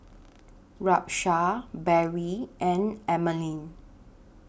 Rashaan Barrie and Emeline